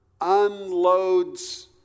unloads